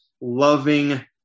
loving